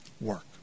work